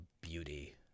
beauty